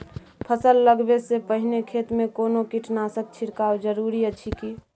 फसल लगबै से पहिने खेत मे कोनो कीटनासक छिरकाव जरूरी अछि की?